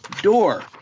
door